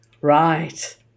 Right